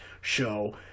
show